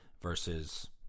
versus